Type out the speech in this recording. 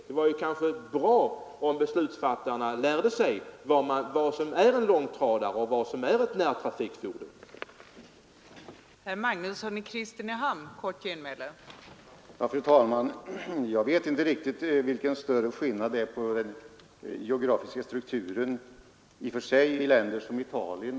Det vore bra, om beslutsfattarna lärde sig vad en långtradare är och vad ett närtrafikfordon är.